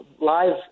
live